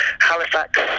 Halifax